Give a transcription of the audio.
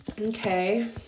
okay